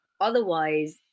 otherwise